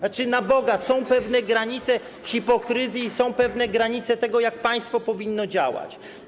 Znaczy, na Boga, są pewne granice hipokryzji i są pewne granice tego, jak państwo powinno działać.